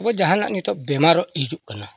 ᱟᱵᱚ ᱡᱟᱦᱟᱱᱟᱜ ᱱᱤᱛᱚᱜ ᱵᱤᱢᱟᱨ ᱦᱤᱡᱩᱜᱼᱟ